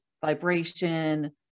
vibration